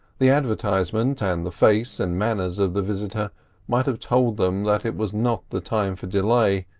the advertisement and the face and manners of the visitor might have told them that it was not the time for delay,